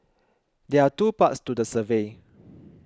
there are two parts to the survey